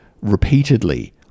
repeatedly